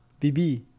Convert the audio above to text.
BB